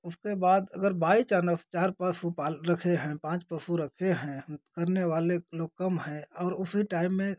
उसके बाद अगर बाई चानफ़ चार पशु पाल रखे हैं पाँच पशु रखे हैं करने वाले लोग कम है और उसी टाइम में